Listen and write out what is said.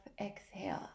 Exhale